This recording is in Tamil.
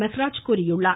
மெகராஜ் தெரிவித்தார்